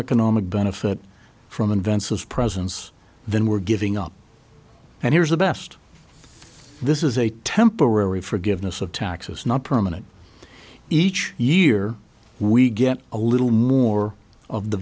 economic benefit from invensys presence than we're giving up and here's the best this is a temporary forgiveness of taxes not permanent each year we get a little more of the